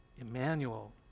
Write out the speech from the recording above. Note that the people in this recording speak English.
Emmanuel